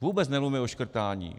Vůbec nemluvíme o škrtání.